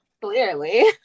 Clearly